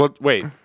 Wait